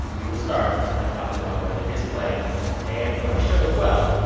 we will start by talking about whether his play and my show, as well,